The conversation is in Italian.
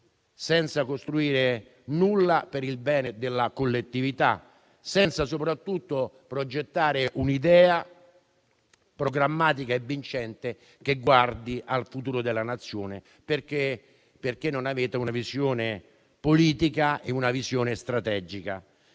senza costruire nulla per il bene della collettività e senza, soprattutto, progettare un'idea programmatica e vincente che guardi al futuro della Nazione, perché non avete una visione politica e strategica.